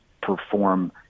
perform